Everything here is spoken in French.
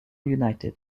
united